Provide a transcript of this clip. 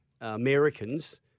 Americans